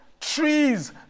trees